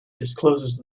discloses